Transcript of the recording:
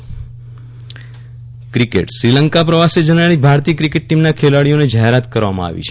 Viral Rana cricket Sri Lanka પ્રવાસે જનારી ભારતીય ક્રિકેટ ટીમના ખેલાડીઓની જાહેરાત કરવામાં આવી છે